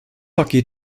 hockey